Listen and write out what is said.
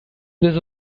this